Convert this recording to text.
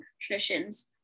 traditions